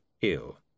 ill